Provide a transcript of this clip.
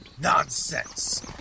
Nonsense